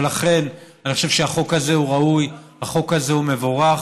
ולכן, אני חושב שהחוק הזה ראוי, החוק הזה מבורך,